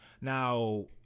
now